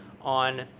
on